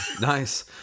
Nice